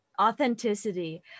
authenticity